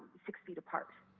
six feet apart?